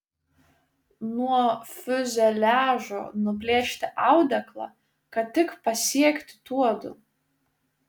nuo fiuzeliažo nuplėšti audeklą kad tik pasiekti tuodu